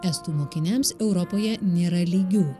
estų mokiniams europoje nėra lygių